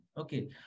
Okay